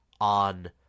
on